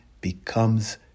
becomes